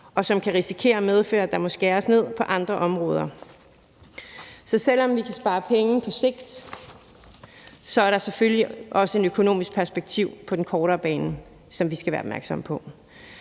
og som kan risikere at medføre, at der må skæres ned på andre områder. Så selv om vi kan spare penge på sigt, er der selvfølgelig også et økonomisk perspektiv på den kortere bane, som vi skal være opmærksomme på.